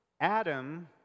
Adam